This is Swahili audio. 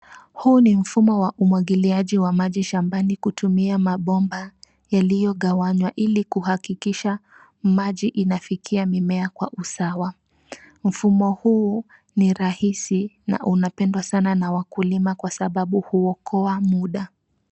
Huu ni mfumo wa umwagiliaji wa maji shambani kutumia mabomba yalioyogawanywa ili kuhakikisha maji inafikia mimea kwa usawa, mfumo huu ni rahisi na unapendwa sana na wakulima kwa sababu huokoa muda.